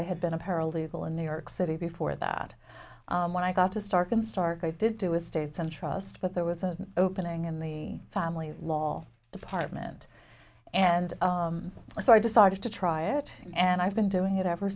i had been a paralegal in new york city before that when i got to stark in starke i did do estates and trust but there was a opening in the family law department and so i decided to try it and i've been doing it ever